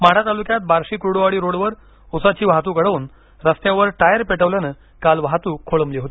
माढा तालुक्यात बार्शी कुर्डूवाडी रोडवर ऊसाची वाहतुक अडवून रस्त्यावर टायर पेटवल्यानं काल वाहतुक खोळंबली होती